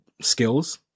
skills